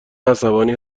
عصبانی